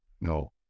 No